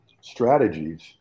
strategies